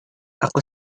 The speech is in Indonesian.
aku